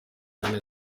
gukina